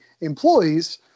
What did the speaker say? employees